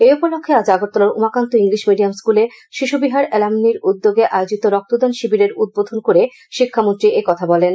এই উপলক্ষে আজ আগরতলার উমাকান্ত ইংলিশ মিডিয়াম স্কুলে শিশু বিহার এলামানির উদ্যোগে আয়োজিত রক্তদান শিবিরের উদ্বোধন করে শিক্ষামন্ত্রী এ কথা বলেন